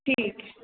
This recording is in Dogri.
ठीक